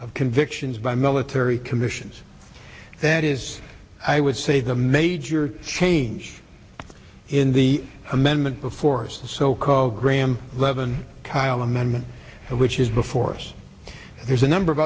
of convictions by military commissions that is i would say the major change in the amendment before so called graham levon kyle amendment which is before us there's a number of